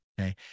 okay